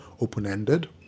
open-ended